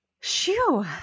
Shoo